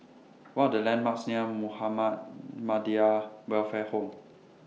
What Are The landmarks near Muhammad Welfare Home